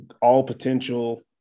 all-potential –